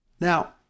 Now